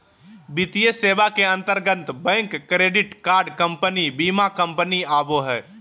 वित्तीय सेवा के अंतर्गत बैंक, क्रेडिट कार्ड कम्पनी, बीमा कम्पनी आवो हय